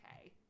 okay